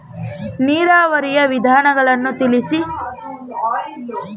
ನೀರಾವರಿಯ ವಿಧಾನಗಳನ್ನು ತಿಳಿಸಿ?